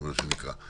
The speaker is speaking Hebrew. מה שנקרא.